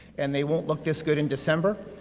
and they won't look this good in december.